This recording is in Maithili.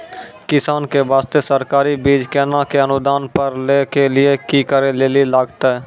किसान के बास्ते सरकारी बीज केना कऽ अनुदान पर लै के लिए की करै लेली लागतै?